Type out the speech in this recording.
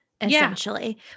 essentially